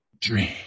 Dream